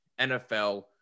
NFL